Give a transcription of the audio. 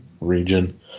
region